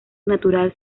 natural